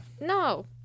No